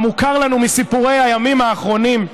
המוכר לנו מסיפורי הימים האחרונים,